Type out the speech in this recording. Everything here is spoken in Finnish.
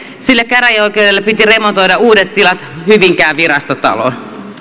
sillä käräjäoikeudelle piti remontoida uudet tilat hyvinkään virastotaloon